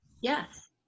Yes